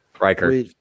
Riker